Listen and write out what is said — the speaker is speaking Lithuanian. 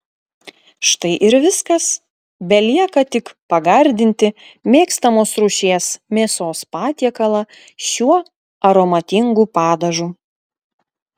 štai ir viskas belieka tik pagardinti mėgstamos rūšies mėsos patiekalą šiuo aromatingu padažu